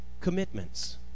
commitments